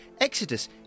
Exodus